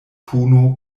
puno